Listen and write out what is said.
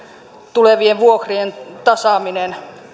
tulevien vuokrien tasaamista